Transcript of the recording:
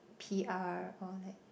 P_R or like